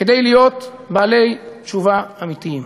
כדי להיות בעלי תשובה אמיתיים.